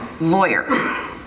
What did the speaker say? lawyer